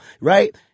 right